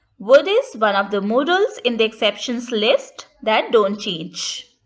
would is one of the modals in the exceptions list that don't change.